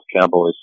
cowboys